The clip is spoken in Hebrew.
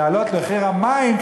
להעלות את מחיר המים,